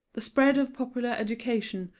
the spread of popular education,